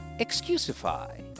Excusify